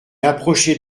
approchez